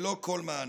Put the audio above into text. ללא כל מענה.